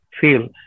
feel